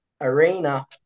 arena